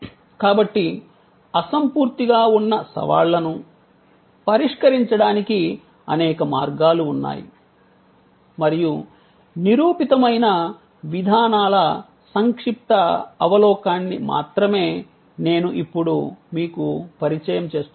కాబట్టి అసంపూర్తిగా ఉన్న సవాళ్లను పరిష్కరించడానికి అనేక మార్గాలు ఉన్నాయి మరియు నిరూపితమైన విధానాల సంక్షిప్త అవలోకనాన్ని మాత్రమే నేను ఇప్పుడు మీకు పరిచయం చేస్తున్నాను